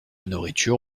nourriture